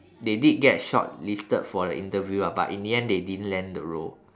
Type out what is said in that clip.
they did get shortlisted for the interview ah but in the end they didn't land the role